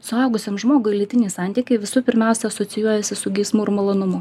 suaugusiam žmogui lytiniai santykiai visų pirmiausia asocijuojasi su geismu ir malonumu aha